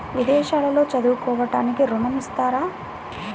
విదేశాల్లో చదువుకోవడానికి ఋణం ఇస్తారా?